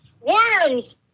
Worms